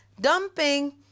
Dumping